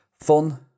fun